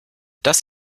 das